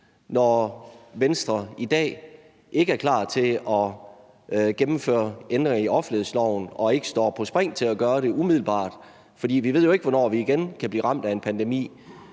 når Venstre i dag ikke er klar til at gennemføre ændringer i offentlighedsloven og ikke står på spring til at gøre det umiddelbart. For vi ved jo ikke, hvornår vi igen kan blive ramt af en pandemi,